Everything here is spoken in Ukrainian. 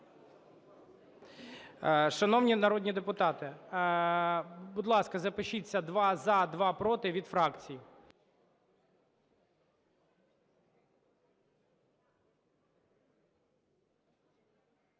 Шановні народні депутати, будь ласка, запишіться: два – за, два – проти від фракцій.